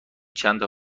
چندتا